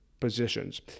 positions